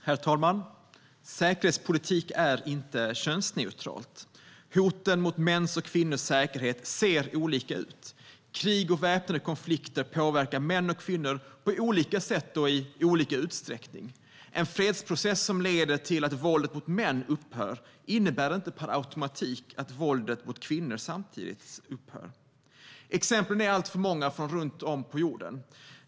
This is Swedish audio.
Herr talman! Säkerhetspolitik är inte könsneutralt. Hoten mot mäns och kvinnors säkerhet ser olika ut. Krig och väpnande konflikter påverkar män och kvinnor på olika sätt och i olika utsträckning. En fredsprocess som leder till att våldet mot män upphör innebär inte per automatik att våldet mot kvinnor samtidigt upphör. Exemplen är alltför många runt om på jorden.